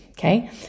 Okay